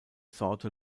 sorte